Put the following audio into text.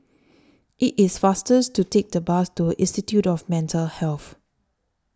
IT IS faster to Take The Bus to Institute of Mental Health